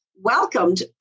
welcomed